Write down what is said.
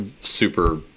super